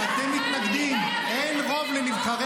יש שם ארבעה פוליטיקאים שבוחרים --- ארבעה